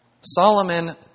Solomon